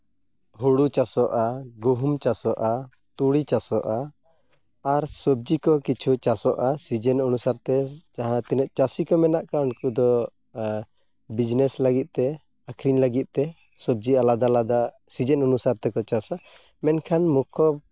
ᱦᱩᱲᱩ ᱪᱟᱥᱚᱜᱼᱟ ᱜᱩᱦᱩᱢ ᱪᱟᱥᱚᱜᱼᱟ ᱛᱩᱲᱤ ᱪᱟᱥᱚᱜᱼᱟ ᱟᱨ ᱥᱚᱵᱽᱡᱤ ᱠᱚ ᱠᱤᱪᱷᱩ ᱪᱟᱥᱚᱜᱼᱟ ᱥᱤᱡᱮᱱ ᱚᱱᱩᱥᱟᱨ ᱛᱮ ᱡᱟᱦᱟᱸ ᱛᱤᱱᱟᱹᱜ ᱪᱟᱹᱥᱤ ᱠᱚ ᱢᱮᱱᱟᱜ ᱠᱚᱣᱟ ᱩᱱᱠᱩ ᱫᱚ ᱵᱤᱡᱽᱱᱮᱥ ᱞᱟᱹᱜᱤᱫᱼᱛᱮ ᱟᱹᱠᱷᱨᱤᱧ ᱞᱟᱹᱜᱤᱫᱼᱛᱮ ᱥᱚᱵᱽᱡᱤ ᱟᱞᱟᱫᱟ ᱟᱞᱟᱫᱟ ᱥᱤᱡᱮᱱ ᱚᱱᱩᱥᱟᱨ ᱛᱮᱠᱚ ᱪᱟᱥᱟ ᱢᱮᱱᱠᱷᱟᱱ ᱱᱚᱝᱠᱟ